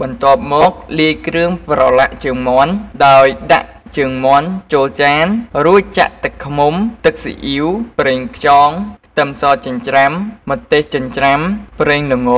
បន្ទាប់មកលាយគ្រឿងប្រឡាក់ជើងមាន់ ដោយដាក់ជើងមាន់ចូលចាន រួចចាក់ទឹកឃ្មុំ ទឹកស៊ីអ៉ីវ ប្រេងខ្យង ខ្ទឹមសចិញ្ច្រាំ ម្ទេសចិញ្ច្រាំ ប្រេងល្ង